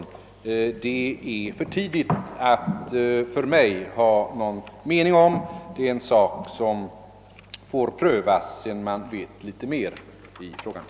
Detta är en fråga som får prövas när man vet litet mera om saken.